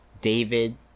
David